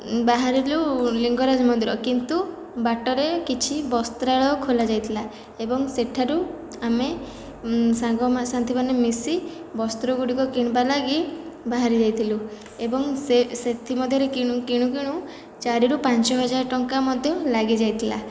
ବାହାରିଲୁ ଲିଙ୍ଗରାଜ ମନ୍ଦିର କିନ୍ତୁ ବାଟରେ କିଛି ବସ୍ତ୍ରାଳୟ ଖୋଲା ଯାଇଥିଲା ଏବଂ ସେଠାରୁ ଆମେ ସାଙ୍ଗସାଥି ମାନେ ମିସି ବସ୍ତ୍ର ଗୁଡ଼ିକ କିଣିବା ଲାଗି ବାହାରି ଯାଇଥିଲୁ ଏବଂ ସେ ସେଥିମଧ୍ୟରେ କିଣୁ କିଣୁ କିଣୁ ଚାରିରୁ ପାଞ୍ଚ ହଜାର ଟଙ୍କା ମଧ୍ୟ ଲାଗି ଯାଇଥିଲା